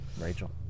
Rachel